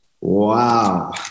Wow